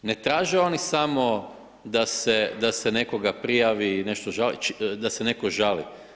Ne traži oni samo da se nekoga prijavi, da se netko žali.